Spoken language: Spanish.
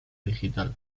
digital